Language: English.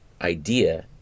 idea